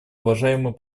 уважаемый